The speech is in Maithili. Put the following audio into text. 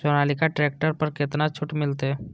सोनालिका ट्रैक्टर पर केतना छूट मिलते?